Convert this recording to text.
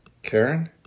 Karen